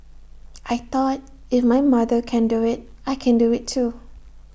I thought if my mother can do IT I can do IT too